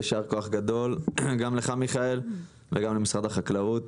יישר כוח גדול גם לך מיכאל וגם למשרד החקלאות,